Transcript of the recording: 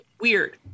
weird